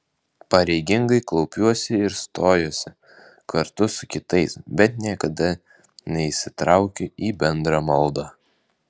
pareigingai klaupiuosi ir stojuosi kartu su kitais bet niekada neįsitraukiu į bendrą maldą